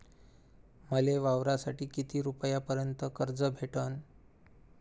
मले वावरासाठी किती रुपयापर्यंत कर्ज भेटन?